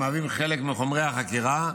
המהווים חלק מחומרי החקירה,